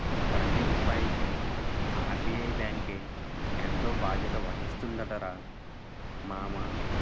ప్రతి రూపాయికి ఆర్.బి.ఐ బాంకే ఎంతో బాధ్యత వహిస్తుందటరా మామా